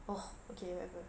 ugh okay whatever